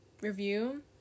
Review